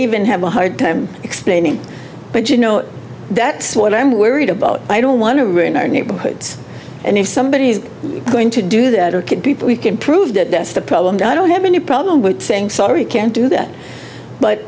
even have a hard time explaining but you know that what i'm worried about i don't want to ruin our neighborhoods and if somebody is going to do that or could people we can prove that the problem i don't have any problem with saying sorry can't do that but